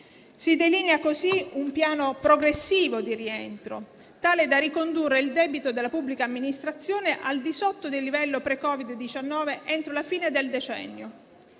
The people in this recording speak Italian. Si delinea così un piano progressivo di rientro, tale da ricondurre il debito della pubblica amministrazione al di sotto del livello pre-Covid-19 entro la fine del decennio.